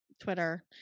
Twitter